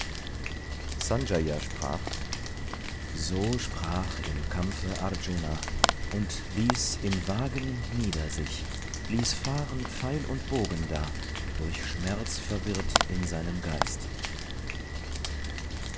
sanjaya sprach so sprach im kampfe arjuna und ließ im wagen nieder sich ließ fahren pfeil und bogen da durch schmerz verwirrt in seinem geist